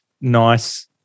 nice